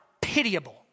pitiable